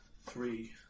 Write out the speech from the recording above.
three